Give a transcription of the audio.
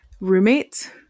roommates